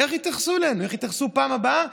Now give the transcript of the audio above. איך יתייחסו אליהם?